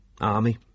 Army